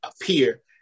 appear